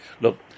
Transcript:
Look